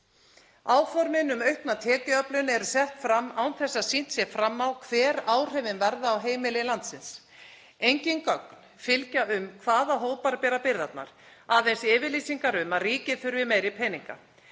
Áformin um aukna tekjuöflun eru sett fram án þess að sýnt sé fram á hver áhrifin verða á heimili landsins. Engin gögn fylgja um hvaða hópar bera byrðarnar, aðeins yfirlýsingar um að ríkið þurfi meiri peninga.